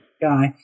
guy